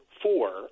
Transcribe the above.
four